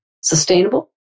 sustainable